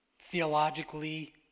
theologically